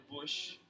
bush